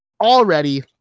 already